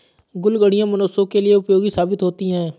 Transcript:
कुछ गाड़ियां मनुष्यों के लिए उपयोगी साबित होती हैं